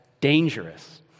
dangerous